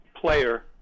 player